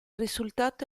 risultato